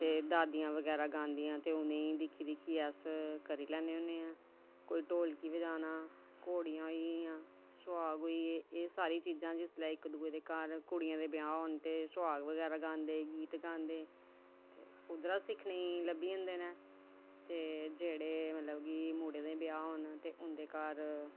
ते दादियां बगैरा गांदियां न ते उ'नें गी दिक्खी दिक्खी अस करी लैन्ने होन्ने कोई ढोलकी बजाना घोड़ियां होइयां सुहाग होइये एह् सारियां चीज़ां जिसलै इक्क दूऐ दे घर कुड़ियें दे ब्याह् होंदे सुहाग गांदे गीत बगैरा गांदे ते उद्धरा सिक्खनै गी लब्भी जंदे न ते जेह्ड़े मतलब कि मुढ़े दे ब्याह् होन ते उं'दे मतलब कि